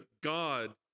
God